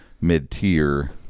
mid-tier